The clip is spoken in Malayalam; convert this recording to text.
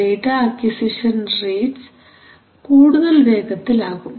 ഡേറ്റ അക്വിസിഷൻ റേറ്റ്സ് കൂടുതൽ വേഗത്തിലാകും